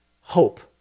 hope